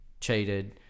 cheated